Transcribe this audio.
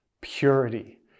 purity